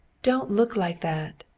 don't look like that,